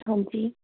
ਹਾਂਜੀ